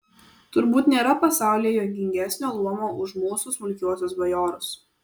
turbūt nėra pasaulyje juokingesnio luomo už mūsų smulkiuosius bajorus